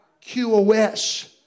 Q-O-S